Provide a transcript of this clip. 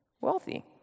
wealthy